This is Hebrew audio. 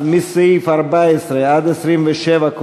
אז מסעיף 14 עד 27,